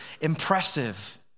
impressive